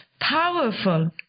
powerful